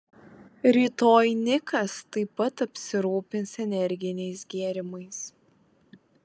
rytoj nikas taip pat apsirūpins energiniais gėrimais